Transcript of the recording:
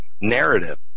narrative